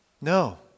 No